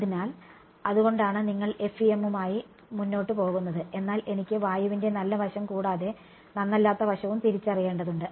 അതിനാൽ അതുകൊണ്ടാണ് നിങ്ങൾ FEM മായി മുന്നോട്ട് പോകുന്നത് എന്നാൽ എനിക്ക് വായുവിൻറെ നല്ല വശം കൂടാതെ നന്നല്ലാത്ത വശവും തിരിച്ചറിയേണ്ടതുണ്ട്